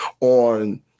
on